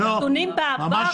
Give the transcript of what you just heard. לא, ממש ממש לא.